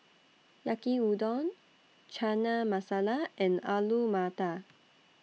Yaki Udon Chana Masala and Alu Matar